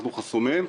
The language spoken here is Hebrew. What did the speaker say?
אנחנו חסומים.